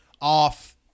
off